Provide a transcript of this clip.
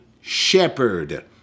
shepherd